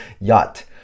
yacht